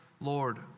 Lord